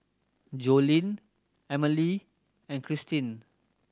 Joline Emmalee and Krystin